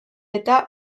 eta